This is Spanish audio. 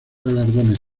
galardones